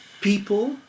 people